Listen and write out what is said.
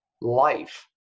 life